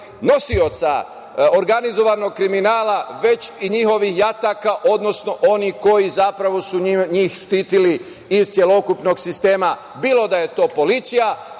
nosioca organizovanog kriminala, već i njihovih jataka, odnosno onih koji zapravo su njih štitili iz celokupnog sistema bilo da je to policija,